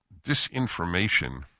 disinformation